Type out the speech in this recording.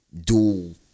dual